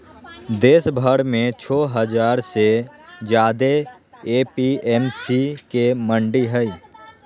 देशभर में छो हजार से ज्यादे ए.पी.एम.सी के मंडि हई